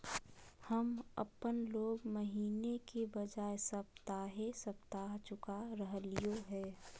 हम अप्पन लोन महीने के बजाय सप्ताहे सप्ताह चुका रहलिओ हें